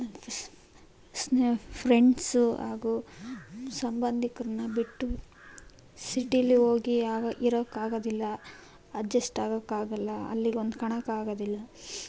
friends ಹಾಗು ಸಬಂಧಿಕರನ್ನ ಬಿಟ್ಟು ಸಿಟಿಲಿ ಹೋಗಿ ಯಾವ ಇರೋಕ್ಕಾಗೋದಿಲ್ಲ ಅಜ್ಜೆಸ್ಟ್ ಆಗೋಕ್ಕಾಗೋಲ್ಲ ಅಲ್ಲಿಗೆ ಹೊಂದ್ಕೊಳ್ಳೋಕ್ಕಾಗೋದಿಲ್ಲ